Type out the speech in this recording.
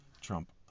Trump